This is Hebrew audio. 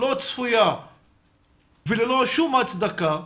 לא צפויה וללא שום הצדקה,